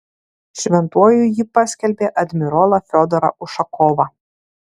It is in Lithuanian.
šventuoju ji paskelbė admirolą fiodorą ušakovą